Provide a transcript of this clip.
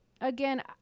again